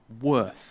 worth